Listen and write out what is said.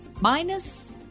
Minus